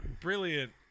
brilliant